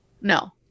no